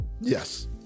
Yes